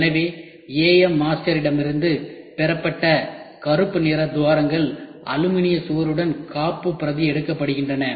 எனவே AM மாஸ்டரிடமிருந்து பெறப்பட்ட கருப்பு நிற துவாரங்கள் அலுமினிய சுவருடன் காப்புப் பிரதி எடுக்கப்பட்டன